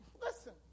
listen